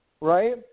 Right